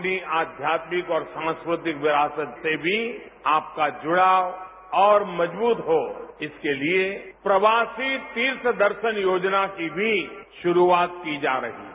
अपनी आध्यात्मिक और सांस्कृतिक विरासत से भी आपका जुड़ाव और मजबूत हो इसके लिए प्रवासी तीर्थदर्शन योजना की भी शुरूआत की जा रही है